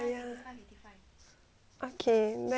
okay then I can buy the three feet tank